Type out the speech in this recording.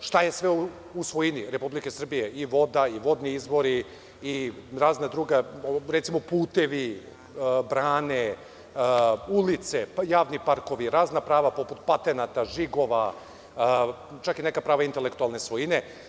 šta je sve u svojini Republike Srbije, i voda i vodni izvori, i razna druga, recimo putevi, brane, ulice, javni parkovi, razna prava oko patenata, žigova, čak i neka prava intelektualne svojine.